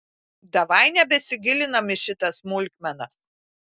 davai nebesigilinam į šitas smulkmenas